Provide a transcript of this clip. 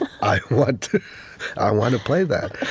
i want i want to play that.